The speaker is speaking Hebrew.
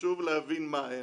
חשוב להבין מהן.